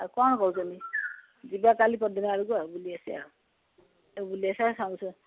ଆଉ କ'ଣ କହୁଛନ୍ତି ଯିବା କାଲି ବେଳକୁ ଆଉ ବୁଲି ଆସିବା ଆଉ ବୁଲି ଆସିବା ସାହୁ